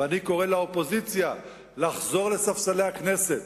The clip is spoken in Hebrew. ואני קורא לאופוזיציה לחזור לספסלי הכנסת,